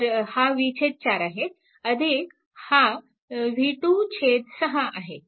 तर हा v 4 आहे अधिक हा v2 6 आहे